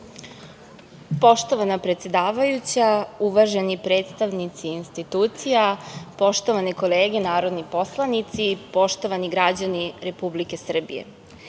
Poštovana predsedavajuća, uvaženi predstavnici institucija, poštovane kolege narodni poslanici, poštovani građani Republike Srbije,